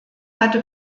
hatte